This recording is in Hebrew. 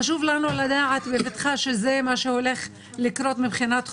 חשוב לנו לדעת בבטחה שזה מה שהולך לקרות מבחינת החוק,